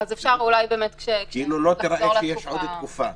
שלא ייראה כאילו יש עוד תקופה.